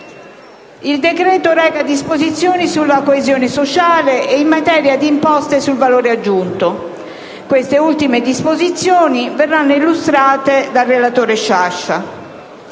il decreto reca disposizioni sulla coesione sociale e in materia di imposta sul valore aggiunto, che saranno illustrate dal relatore Sciascia,